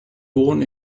born